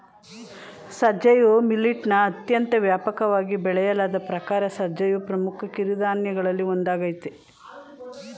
ಸಜ್ಜೆಯು ಮಿಲಿಟ್ನ ಅತ್ಯಂತ ವ್ಯಾಪಕವಾಗಿ ಬೆಳೆಯಲಾದ ಪ್ರಕಾರ ಸಜ್ಜೆಯು ಪ್ರಮುಖ ಕಿರುಧಾನ್ಯಗಳಲ್ಲಿ ಒಂದಾಗಯ್ತೆ